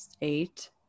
eight